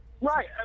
Right